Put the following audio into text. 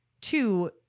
two